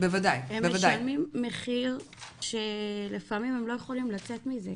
הם משלמים מחיר שלפעמים הם לא יכולים לצאת מזה.